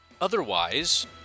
Otherwise